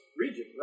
region